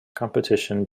competition